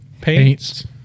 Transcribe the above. paints